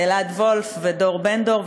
לאלעד וולף ודור בן-דור,